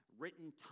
written